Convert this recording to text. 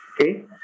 okay